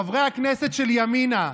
חברי הכנסת של ימינה,